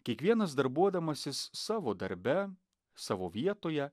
kiekvienas darbuodamasis savo darbe savo vietoje